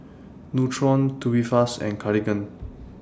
Nutren Tubifast and Cartigain